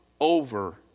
over